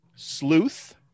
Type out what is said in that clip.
Sleuth